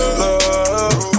love